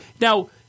Now